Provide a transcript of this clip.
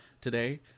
Today